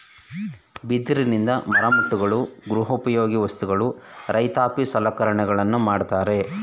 ಬಿದಿರಿನಿಂದ ಮರಮುಟ್ಟುಗಳು, ಗೃಹ ಉಪಯೋಗಿ ವಸ್ತುಗಳು, ರೈತಾಪಿ ಸಲಕರಣೆಗಳನ್ನು ಮಾಡತ್ತರೆ